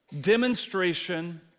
demonstration